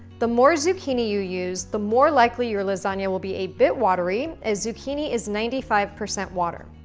the more zucchini you use, the more likely your lasagna will be a bit watery, as zucchini is ninety five percent water.